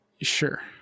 Sure